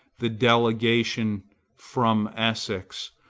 the delegation from essex!